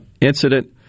incident